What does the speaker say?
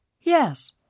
Yes